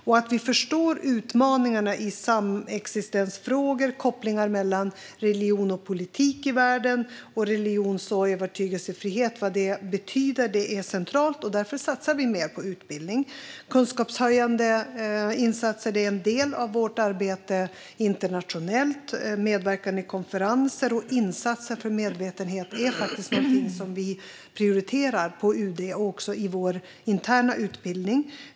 Vi måste förstå utmaningarna i samexistensfrågor, kopplingar mellan religion och politik i världen och vad religions och övertygelsefrihet betyder. Detta är centralt, och därför satsar vi mer på utbildning. Kunskapshöjande insatser är en del av vårt arbete internationellt. Medverkan vid konferenser och insatser för medvetenhet är något som UD prioriterar, också i vår interna utbildning.